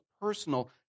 personal